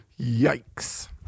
Yikes